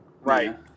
right